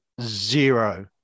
zero